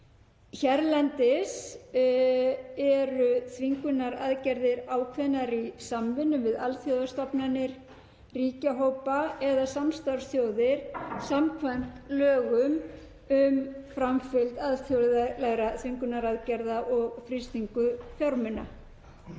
Hérlendis eru þvingunaraðgerðir ákveðnar í samvinnu við alþjóðastofnanir, ríkjahópa eða samstarfsþjóðir samkvæmt lögum um framkvæmd alþjóðlegra þvingunaraðgerða og frystingu fjármuna.